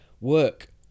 Work